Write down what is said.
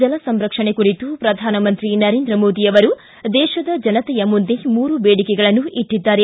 ಜಲಸಂರಕ್ಷಣೆ ಕುರಿತು ಪ್ರಧಾನಮಂತ್ರಿ ನರೇಂದ್ರ ಮೋದಿ ಅವರು ದೇಶದ ಜನತೆಯ ಮುಂದೆ ಮೂರು ಬೇಡಿಕೆಗಳನ್ನು ಇಟ್ಟಿದ್ದಾರೆ